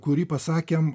kurį pasakėm